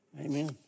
Amen